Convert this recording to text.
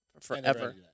Forever